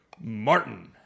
Martin